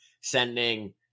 sending